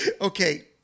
okay